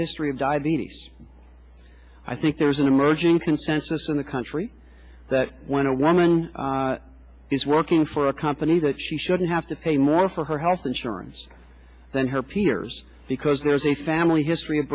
history of diabetes i think there's an emerging consensus in the country that when a woman is working for a company that she shouldn't have to pay more for her health insurance than her peers because there's a family history of